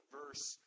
verse